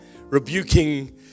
rebuking